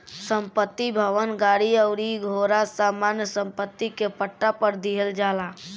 संपत्ति, भवन, गाड़ी अउरी घोड़ा सामान्य सम्पत्ति के पट्टा पर दीहल जाला